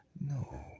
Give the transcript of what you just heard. no